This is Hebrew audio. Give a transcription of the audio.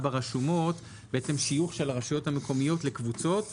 ברשומות שיוך של הרשויות המקומיות לקבוצות.